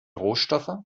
rohstoffe